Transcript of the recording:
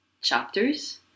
chapters